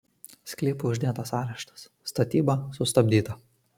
sklypui uždėtas areštas statyba sustabdyta